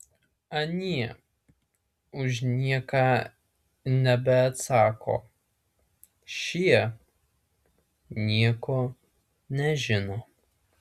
anie už nieką nebeatsako šie nieko nežino